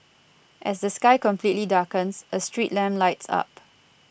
as the sky completely darkens a street lamp lights up